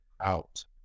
out